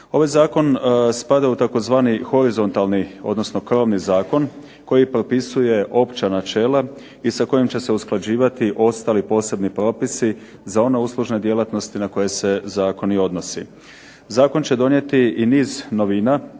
Ovaj zakon spada u tzv. horizontalni, odnosno krovni zakon, koji propisuje opća načela i sa kojim će se usklađivati ostali posebni propisi za one uslužne djelatnosti na koje se zakon i odnosi. Zakon će donijeti i niz novina,